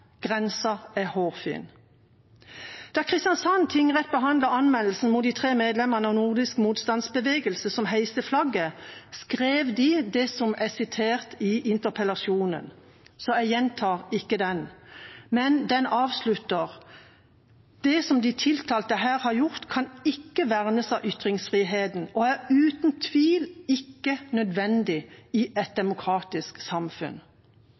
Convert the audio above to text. Grensa er hårfin. Da Kristiansand tingrett behandlet anmeldelsen mot de tre medlemmene av Den nordiske motstandsbevegelsen som heiste flagget, skrev de det som er sitert i interpellasjonen, så jeg gjentar ikke den. Men det avsluttes med at det «som de tiltalte her har gjort, kan ikke vernes av ytringsfriheten, og er uten tvil ikke nødvendig i et demokratisk samfunn».